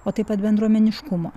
o taip pat bendruomeniškumo